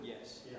Yes